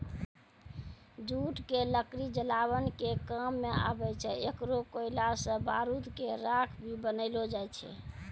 jute के लकड़ी जलावन के काम मॅ आवै छै, एकरो कोयला सॅ बारूद के राख भी बनैलो जाय छै